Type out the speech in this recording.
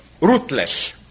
ruthless